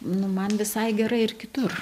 nu man visai gerai ir kitur